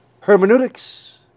Hermeneutics